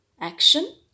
action